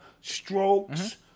strokes